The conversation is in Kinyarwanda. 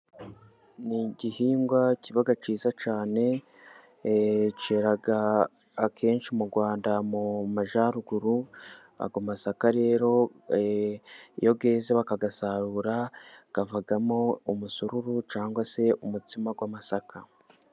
Ni igihingwa kiba cyiza cyane cyera akenshi mu Rwanda mu majyaruguru. Ayo masaka rero iyo yeze bakayasarura avamo umusururu cyangwa se umutsima w'amasaka.